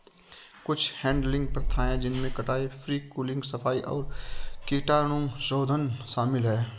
कुछ हैडलिंग प्रथाएं जिनमें कटाई, प्री कूलिंग, सफाई और कीटाणुशोधन शामिल है